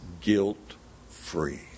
guilt-free